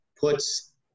puts